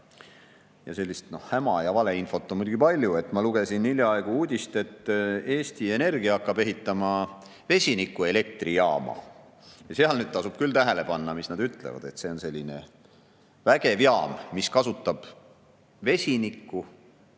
Sellist häma ja valeinfot on muidugi palju. Ma lugesin hiljaaegu uudist, et Eesti Energia hakkab ehitama vesinikuelektrijaama. Nüüd tasub küll tähele panna, mida nad ütlevad: see on selline vägev jaam, mis kasutab vesinikku, biometaani